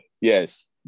yes